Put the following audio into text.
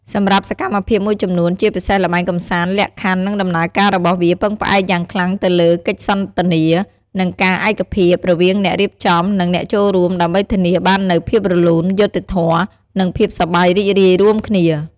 សម្រាប់សកម្មភាពមួយចំនួន ជាពិសេសល្បែងកម្សាន្ត លក្ខខណ្ឌ និងដំណើរការរបស់វាពឹងផ្អែកយ៉ាងខ្លាំងទៅលើ កិច្ចសន្ទនា និងការឯកភាព រវាងអ្នករៀបចំ និងអ្នកចូលរួម ដើម្បីធានាបាននូវភាពរលូន យុត្តិធម៌ និងភាពសប្បាយរីករាយរួមគ្នា។